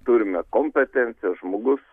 turime kompetencijos žmogus